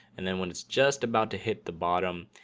and then when it's just about to hit the bottom,